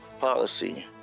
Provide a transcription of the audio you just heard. policy